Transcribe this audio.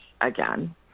again